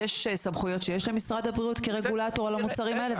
יש סמכויות שיש למשרד הבריאות כרגולטור על המוצרים האלה,